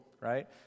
right